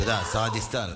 תודה, השרה דיסטל.